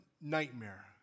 nightmare